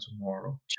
tomorrow